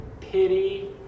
pity